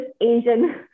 Asian